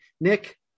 Nick